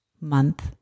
month